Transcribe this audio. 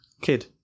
Kid